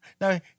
Now